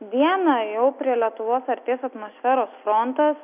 dieną jau prie lietuvos artės atmosferos frontas